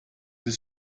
ist